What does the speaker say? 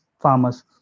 farmers